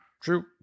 True